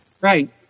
Right